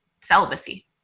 celibacy